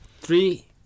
Three